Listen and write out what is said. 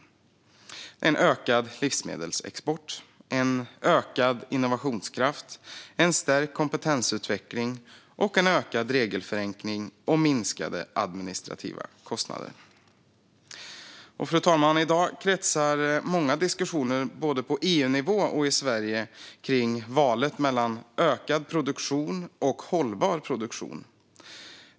Dessa områden är ökad livsmedelsexport, ökad innovationskraft, stärkt kompetensutveckling samt ökad regelförenkling och minskade administrativa kostnader. Fru talman! I dag kretsar många diskussioner både på EU-nivå och i Sverige kring valet mellan ökad produktion och hållbar produktion.